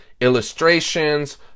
illustrations